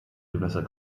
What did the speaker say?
gewässer